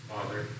Father